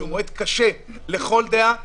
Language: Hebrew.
שהוא מועד קשה לכל דעה,